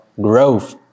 growth